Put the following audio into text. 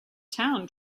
town